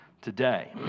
today